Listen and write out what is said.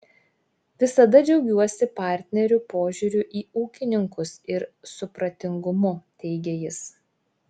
visada džiaugiuosi partnerių požiūriu į ūkininkus ir supratingumu teigė jis